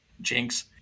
Jinx